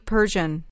Persian